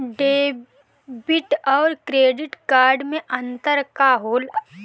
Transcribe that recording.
Debit और credit card मे अंतर का होला?